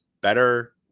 better